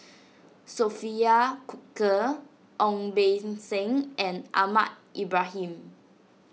Sophia Cooke Ong Beng Seng and Ahmad Ibrahim